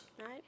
Right